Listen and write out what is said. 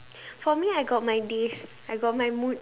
for me I got my days I got my mood